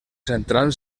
central